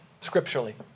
Scripturally